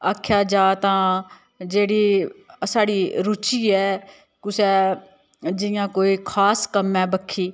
आखेआ जा तां जेह्ड़ी साढ़ी रूचि ऐ कुसै जियां कोई खास कम्मै बक्खी